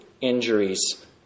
injuries